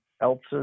elses